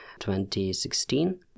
2016